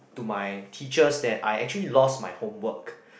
to my teachers that I actually lost my homework